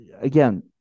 again